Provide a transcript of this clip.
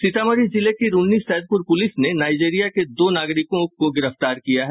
सीतामढ़ी जिले की रून्नीसैदपुर पुलिस ने नाइजरिया के दो नागरिकों को गिरफ्तार किया है